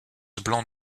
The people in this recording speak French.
blanc